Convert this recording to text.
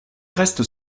restes